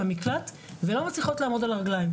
מהמקלט ולא מצליחות לעמוד על הרגליים.